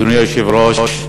אדוני היושב-ראש,